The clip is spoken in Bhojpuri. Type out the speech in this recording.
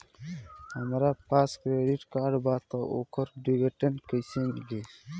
हमरा पास क्रेडिट कार्ड बा त ओकर डिटेल्स कइसे मिली?